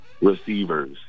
receivers